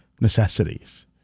necessities